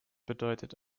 bedeutet